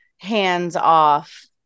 hands-off